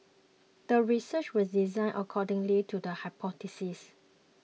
the research was designed according lead to the hypothesis